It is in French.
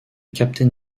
captain